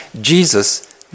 Jesus